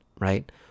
Right